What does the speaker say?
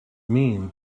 mean